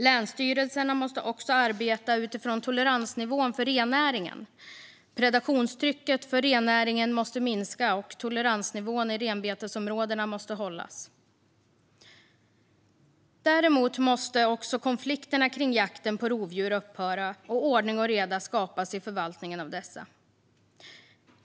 Länsstyrelserna måste också arbeta utifrån toleransnivån för rennäringen, predationstrycket för rennäringen måste minska och toleransnivån i renbetesområdena måste hållas. Däremot måste konflikterna kring jakten på rovdjur upphöra och ordning och reda skapas i förvaltningen av dessa.